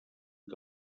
que